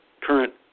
current